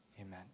amen